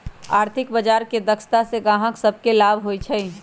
आर्थिक बजार के दक्षता से गाहक सभके लाभ होइ छइ